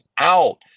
out